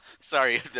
Sorry